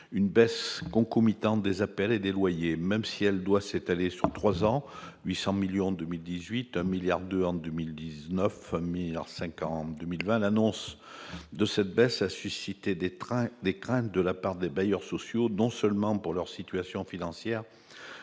au logement, les APL, et des loyers. Même si elle doit s'étaler sur trois ans- 800 millions d'euros en 2018, 1,2 milliard d'euros en 2019, 1,5 milliard d'euros en 2020 -, l'annonce de cette baisse a suscité des craintes de la part des bailleurs sociaux, non seulement pour leur situation financière,